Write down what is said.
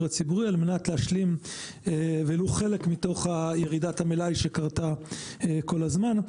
הציבורי על מנת להשלים ולו חלק מתוך ירידת המלאי שקרתה כל הזמן.